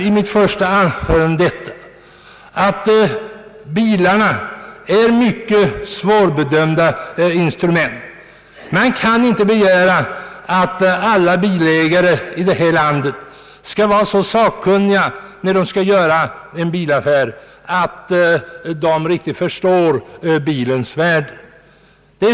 I mitt första anförande sade jag att bilarna är mycket svårbedömda. Man kan inte begära att alla bilägare i landet vid sina bilaffärer skall vara tillräckligt sakkunniga för att rätt kunna förstå bilens egentliga värde.